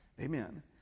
amen